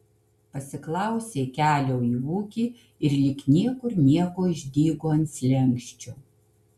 pasiklausė kelio į ūkį ir lyg niekur nieko išdygo ant slenksčio